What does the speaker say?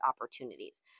opportunities